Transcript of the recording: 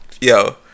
yo